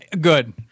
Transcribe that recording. Good